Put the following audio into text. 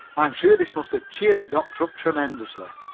i am sure this must have cheered the doctor up tremendously.